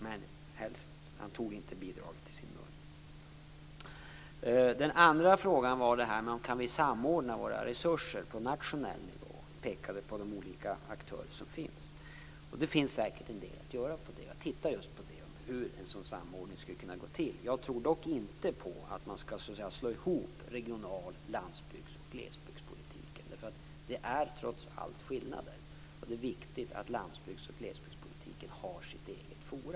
Han tog dock inte ordet bidrag i sin mun. Den andra frågan gällde om vi kan samordna våra resurser på nationell nivå. Han pekade på de olika aktörer som finns. Det finns säkert en del att göra på det området. Jag tittade just på hur en sådan samordning skulle kunna gå till. Jag tror dock inte på att man så att säga skall slå ihop regional-, landsbygds och glesbygdspolitiken. Det finns trots allt skillnader. Det är viktigt att landsbygds och glesbygdspolitiken har sina egna forum.